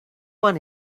one